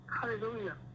Hallelujah